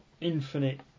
infinite